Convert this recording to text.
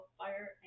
fire